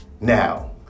Now